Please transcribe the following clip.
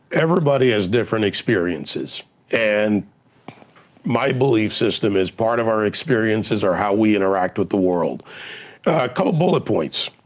everybody has different experiences and my belief system is, part of our experiences are how we interact with the world. a couple bullet points,